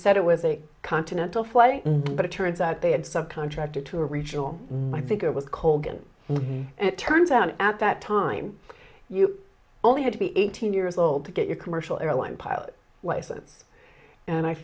said it with a continental flight and but it turns out they had subcontractor to a regional i think it was colgan and it turns out at that time you only had to be eighteen years old to get your commercial airline pilot license and i